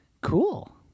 cool